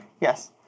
Yes